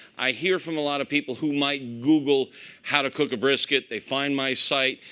i hear from a lot of people who might google how to cook a brisket. they find my site.